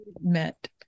met